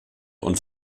und